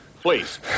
Please